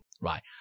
right